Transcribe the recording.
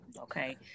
okay